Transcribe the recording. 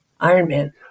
Ironman